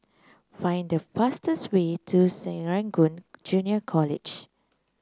find the fastest way to Serangoon Junior College